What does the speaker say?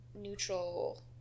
neutral